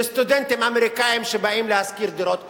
לסטודנטים אמריקנים שבאים לשכור דירות כאן,